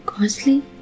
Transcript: costly